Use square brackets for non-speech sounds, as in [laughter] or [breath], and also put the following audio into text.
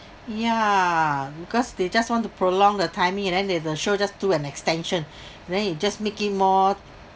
yeah because they just want to prolong the timing and then they the show just do an extension [breath] then it just make it more